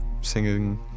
singing